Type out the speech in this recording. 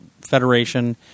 Federation